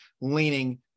leaning